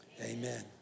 Amen